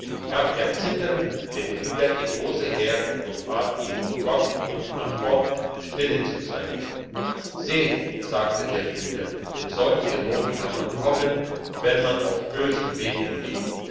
gab er zitternd dem frieder die dose her und bat ihn vor gott und nach gott stille zu sein seht sagte der frieder in solche not kann man kommen wenn man auf bösen wegen geht